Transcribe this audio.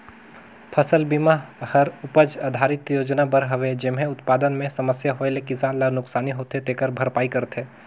फसल बिमा हर उपज आधरित योजना बर हवे जेम्हे उत्पादन मे समस्या होए ले किसान ल नुकसानी होथे तेखर भरपाई करथे